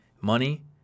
money